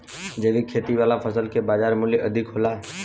जैविक खेती वाला फसल के बाजार मूल्य अधिक होला